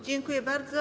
Dziękuję bardzo.